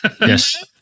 Yes